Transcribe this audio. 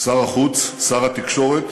שר החוץ, שר התקשורת